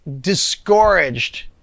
discouraged